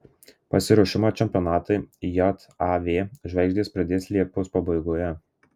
pasiruošimą čempionatui jav žvaigždės pradės liepos pabaigoje